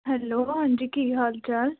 hello ਹਾਂਜੀ ਕੀ ਹਾਲ ਚਾਲ